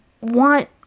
want